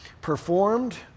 performed